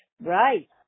Right